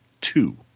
two